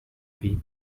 baby